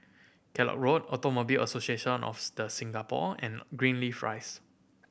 Kellock Road Automobile Association of The Singapore and Greenleaf Rise